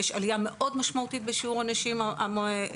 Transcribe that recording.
יש עלייה מאוד משמעותית בשיעור הנשים העובדות,